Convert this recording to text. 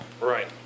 Right